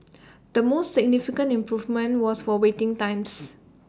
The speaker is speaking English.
the most significant improvement was for waiting times